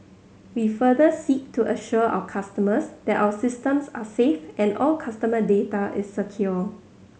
we further seek to assure our customers that our systems are safe and all customer data is secure